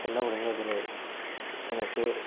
என்ன பண்ணுவிங்களோ தெரியாது எனக்கு